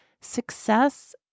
success